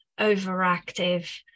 overactive